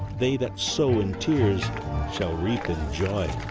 they that sow in tears shall reap in joy.